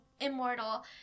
immortal